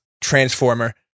Transformer